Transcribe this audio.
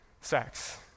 sex